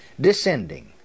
descending